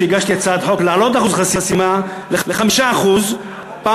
שהגשתי הצעת חוק להעלאת אחוז חסימה ל-5% פעמיים: